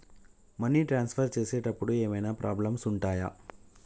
Money transfer చేసేటప్పుడు ఏమైనా problems ఉంటయా?